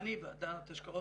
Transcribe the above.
לא אני, ועדת השקעות.